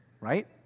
Right